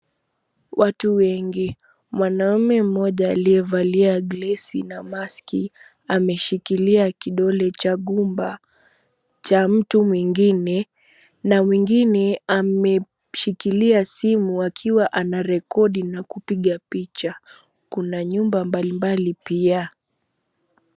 Watu wengi. Mwanamume mmoja aliyevalia glesi na maski, ameshikilia kidole cha gumba cha mtu mwingine. Na wengine ameshikilia simu akiwa anarekodi na kupiga picha. Kuna nyumba mbalimbali pia.